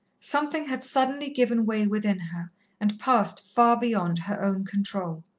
something had suddenly given way within her and passed far beyond her own control.